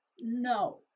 No